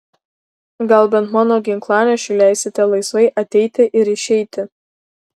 gal bent mano ginklanešiui leisite laisvai ateiti ir išeiti